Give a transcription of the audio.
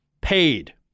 paid